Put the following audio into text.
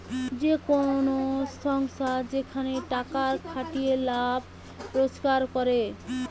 যে কোন সংস্থা যেখানে টাকার খাটিয়ে লাভ রোজগার করে